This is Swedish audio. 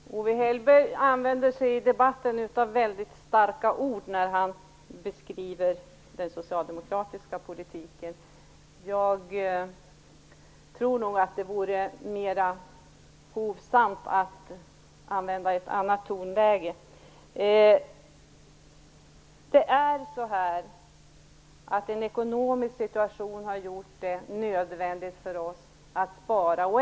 Fru talman! Ove Hellberg använder sig i debatten av väldigt starka ord när han beskriver den socialdemokratiska politiken. Jag tycker nog att det vore mer hovsamt att använda ett annat tonläge. Den ekonomiska situationen har gjort det nödvändigt för oss att spara.